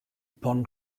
upon